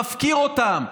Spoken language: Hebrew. מפקיר אותם,